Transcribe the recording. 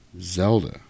Zelda